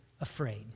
afraid